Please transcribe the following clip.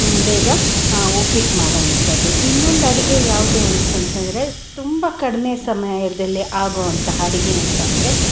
ಬೇಗ ಉಪ್ಪಿಟ್ಟು ಮಾಡೋವಂಥದ್ದು ಇನ್ನೊಂದು ಅಡಿಗೆ ಯಾವುದು ಅಂತಂತಂದರೆ ತುಂಬ ಕಡಿಮೆ ಸಮಯದಲ್ಲಿ ಆಗುವಂತಹ ಅಡಿಗೆ ಅಂತಂದರೆ